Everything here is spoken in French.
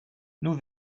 nous